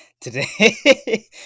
today